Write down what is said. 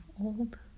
old